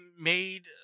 made